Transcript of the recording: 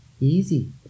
easy